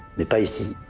the pace. and